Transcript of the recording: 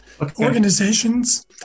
organizations